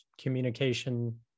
communication